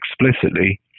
explicitly